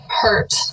hurt